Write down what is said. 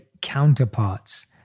counterparts